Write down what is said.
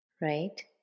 Right